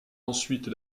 ensuite